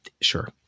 Sure